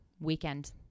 weekend